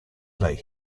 lay